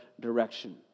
direction